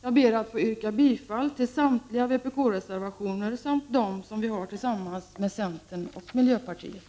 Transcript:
Jag ber att få yrka bifall till samtliga vpk-reservationer samt de reservationer som vi har gemensamt med centern och miljöpartiet.